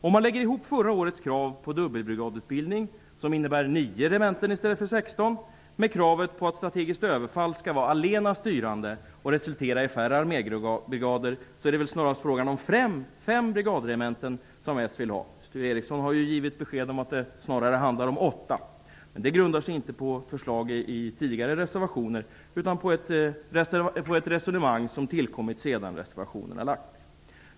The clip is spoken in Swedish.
Om man lägger ihop förra årets krav på dubbelbrigadutbildning, vilket innebär nio regementen i stället för 16, med kravet på att strategiskt överfall skall vara det allena styrande och resultera i färre armébrigader, är det väl snarast fråga om att Socialdemokraterna vill ha fem brigadregementen. Sture Ericson har ju givit besked om att det snarare handlar om åtta. Men det grundar sig inte på förslagen i tidigare reservationer utan på ett resonemang, som har tillkommit sedan reservationerna skrevs.